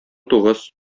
тугыз